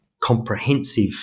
Comprehensive